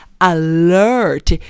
alert